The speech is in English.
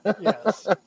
yes